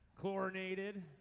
chlorinated